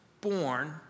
born